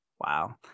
Wow